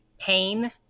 pain